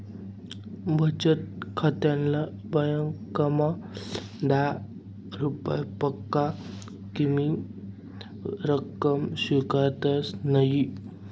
बचत खाताना ब्यांकमा दहा रुपयापक्सा कमी रक्कम स्वीकारतंस नयी